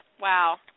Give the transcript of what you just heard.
Wow